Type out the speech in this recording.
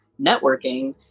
networking